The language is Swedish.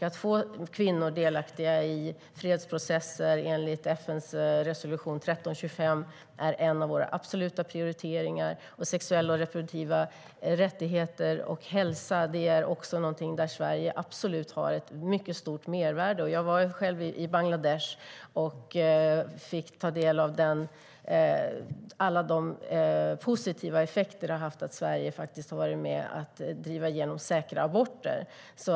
Att få kvinnor delaktiga i fredsprocesser enligt FN:s resolution 1325 är en av våra absoluta prioriteringar. Sverige har ett mycket stort mervärde när det gäller sexuell och reproduktiv hälsa och rättigheter. Jag har själv varit i Bangladesh, där jag fick ta del av alla de positiva effekter det har haft att Sverige varit med och drivit igenom säkra aborter.